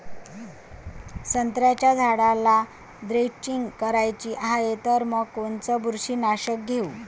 संत्र्याच्या झाडाला द्रेंचींग करायची हाये तर मग कोनच बुरशीनाशक घेऊ?